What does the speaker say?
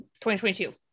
2022